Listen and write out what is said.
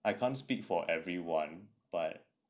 I can't speak for everyone but